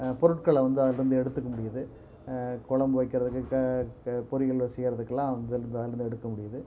பொருட்கள வந்து அதிலருந்து எடுத்துக்க முடியுது கொழம்பு வைக்கிறதுக்கு பொரியல்கள் செய்கிறத்துக்குலாம் வந்து அதிலருந்து எடுக்க முடியுது